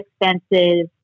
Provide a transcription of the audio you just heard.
expenses